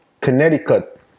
Connecticut